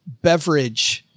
beverage